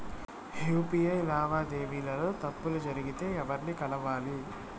UPI లావాదేవీల లో తప్పులు జరిగితే ఎవర్ని కలవాలి?